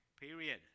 Period